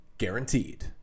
guaranteed